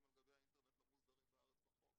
על גבי האינטרנט לא מוסדרים בארץ בחוק.